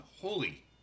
Holy